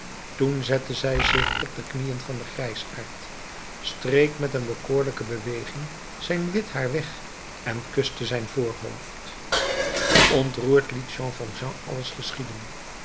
toen zette zij zich op de knieën van den grijsaard streek met een bekoorlijke beweging zijn wit haar weg en kuste zijn voorhoofd ontroerd liet jean valjean alles geschieden